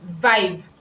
vibe